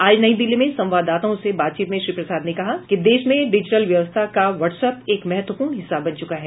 आज नई दिल्ली में संवाददाताओं से बातचीत में श्री प्रसाद ने कहा कि देश में डिजिटल व्यवस्था का वाट्स अप एक महत्वपूर्ण हिस्सा बन चूका है